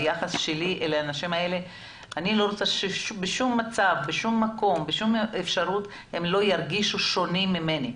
אני לא רוצה שבשום מצב ובשום אפשרות הם ירגישו שונים ממני.